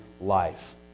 life